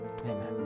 Amen